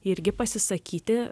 irgi pasisakyti